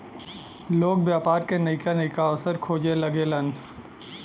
लोग व्यापार के नइका नइका अवसर खोजे लगेलन